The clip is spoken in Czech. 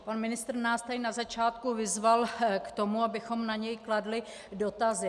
Pan ministr nás tady na začátku vyzval k tomu, abychom na něj kladli dotazy.